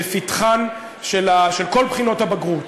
בפתחן של כל בחינות הבגרות.